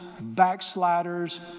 backsliders